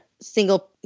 single